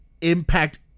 impact